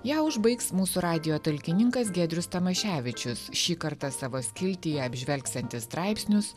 ją užbaigs mūsų radijo talkininkas giedrius tamaševičius šį kartą savo skiltyje apžvelgsiantis straipsnius